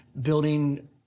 building